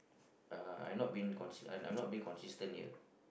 uh I'm not being cons~ I'm not being consistent here